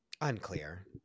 Unclear